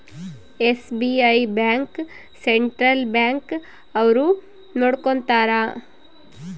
SBI bank central bank ಅವ್ರು ನೊಡ್ಕೋತರ